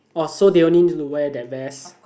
oh so they only need to wear that vest